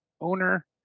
owner